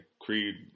Creed